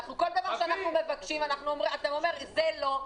כל דבר שאנחנו מבקשים אתה אומר: זה לא,